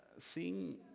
Seeing